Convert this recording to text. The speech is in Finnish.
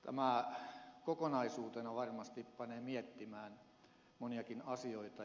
tämä kokonaisuutena varmasti panee miettimään moniakin asioita